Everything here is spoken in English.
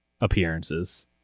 appearances